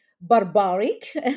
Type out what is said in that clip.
barbaric